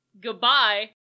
goodbye